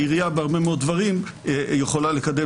העירייה בהרבה מאוד דברים יכולה לקדם